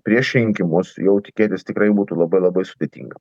prieš rinkimus jau tikėtis tikrai būtų labai labai sudėtinga